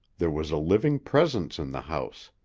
there was a living presence in the house.